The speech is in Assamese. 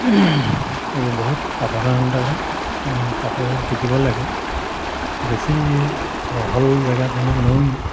এই বহুত সাৱধানতাৰে সাঁতোৰ শিকিব লাগে বেছি বহল জেগা যেনে নৈ